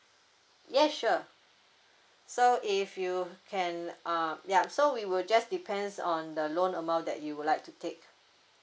yes sure so if you can uh ya so we will just depends on the loan amount that you would like to take